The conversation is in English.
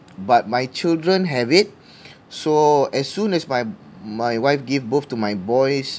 but my children have it so as soon as my my wife gave birth to my boys